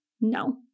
No